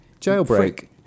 Jailbreak